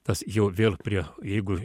tas jau vėl prie jeigu